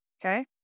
Okay